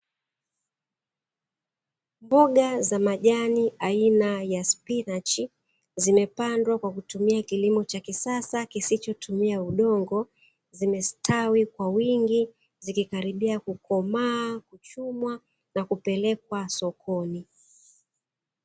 Mboga za majani aina ya spinachi zimepandwa kwa kutumia kilimo cha kisasa kisichotumia udongo, zimestawi kwa wingi zikikaribia kukomaa, kuchumwa na kupelekwa sokoni.